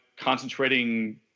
concentrating